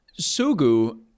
Sugu